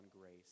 grace